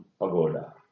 Pagoda